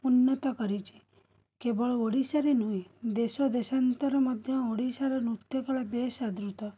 ଉନ୍ନତ କରିଛି କେବଳ ଓଡ଼ିଶାରେ ନୁହେଁ ଦେଶଦେଶାନ୍ତର ମଧ୍ୟ ଓଡ଼ିଶାର ନୃତ୍ୟକଳା ବେଶ୍ ଆଦୃତ